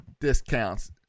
discounts